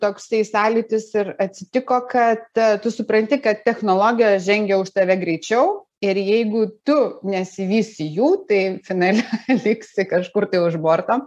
toksai sąlytis ir atsitiko kad tu supranti kad technologijos žengia už tave greičiau ir jeigu tu nesivysi jų tai finale liksi kažkur tai už borto